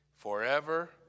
forever